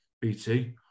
BT